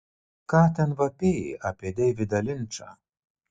ką ten vapėjai apie deividą linčą